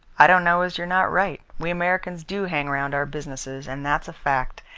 i don't know as you're not right. we americans do hang round our businesses, and that's a fact.